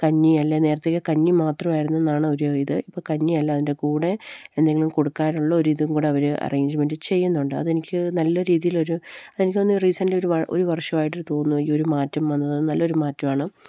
കഞ്ഞിയല്ല നേരത്തെയൊക്കെ കഞ്ഞി മാത്രമായിരുന്നുവെന്നാണ് ഒരു ഇത് ഇപ്പോള് കഞ്ഞിയല്ല അതിൻ്റെ കൂടെ എന്തെങ്കിലും കൊടുക്കാനുള്ള ഒരിതും കൂടെ അവര് അറേഞ്ച്മെൻറ് ചെയ്യുന്നുണ്ട് അതെനിക്ക് നല്ല രീതിയിലൊരു അതെനിക്ക് തോന്നുന്നു റീസൻറ്ലി ഒരു ഒരു വർഷമായിട്ടാണെന്ന് തോന്നുന്നു ഈയൊരു മാറ്റം വന്നത് നല്ലയൊരു മാറ്റമാണ്